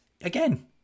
again